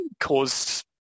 caused